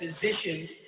physicians